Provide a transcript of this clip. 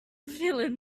feeling